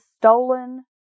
stolen